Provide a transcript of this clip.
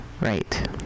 right